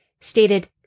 stated